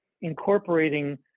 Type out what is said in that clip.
incorporating